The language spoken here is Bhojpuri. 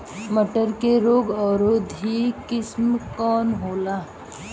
मटर के रोग अवरोधी किस्म कौन होला?